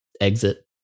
exit